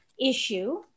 issue